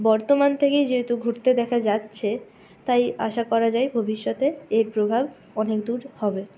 বর্তমান থেকেই যেহেতু ঘটতে দেখা যাচ্ছে তাই আশা করা যায় ভবিষ্যতে এর প্রভাব অনেক দূর হবে